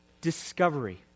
discovery